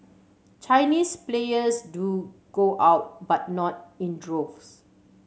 Chinese players do go out but not in droves